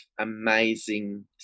amazing